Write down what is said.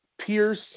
Pierce